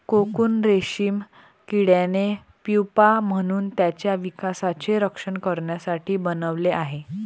cocoon रेशीम किड्याने pupa म्हणून त्याच्या विकासाचे रक्षण करण्यासाठी बनवले आहे